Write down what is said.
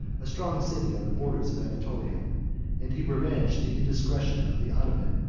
a strong city on the borders of anatolia and he revenged the indiscretion of the ottoman,